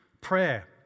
prayer